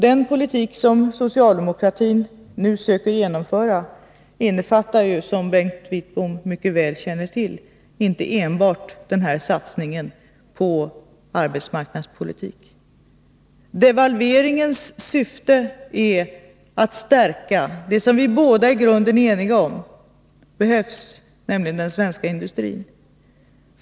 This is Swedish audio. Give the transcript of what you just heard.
Den politik som socialdemokratin nu söker genomföra innefattar, som Bengt Wittbom mycket väl känner till, inte enbart denna satsning på arbetsmarknadspolitik. Devalveringens syfte är att stärka det som vi båda i grunden är eniga om behövs, nämligen den svenska industrin.